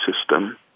system